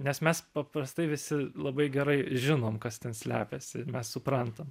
nes mes paprastai visi labai gerai žinom kas ten slepiasi mes suprantam